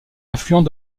affluent